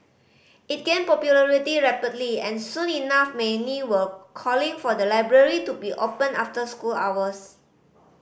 it gained popularity rapidly and soon enough many were calling for the library to be opened after school hours